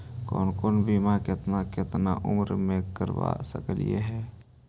कौन कौन बिमा केतना केतना उम्र मे करबा सकली हे?